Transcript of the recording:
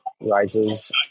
rises